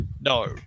No